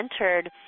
entered